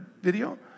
video